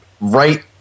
right